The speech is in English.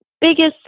biggest